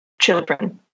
children